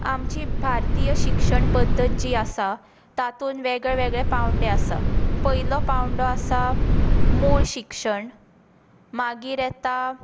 आमची भारतीय शिक्षण पद्दत जी आसा तातूंत वेगळे वेगळे पांवडे आसा पयलो पांवडो आसा मूळ शिक्षण मागीर येता